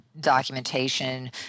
documentation